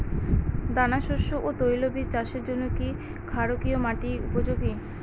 দানাশস্য ও তৈলবীজ চাষের জন্য কি ক্ষারকীয় মাটি উপযোগী?